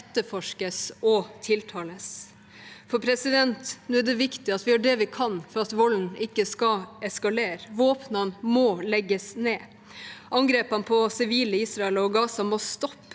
etterforskes og tiltales. Nå er det viktig at vi gjør det vi kan for at volden ikke skal eskalere. Våpnene må legges ned. Angrepene på sivile i Israel og Gaza må stoppe.